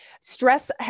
Stress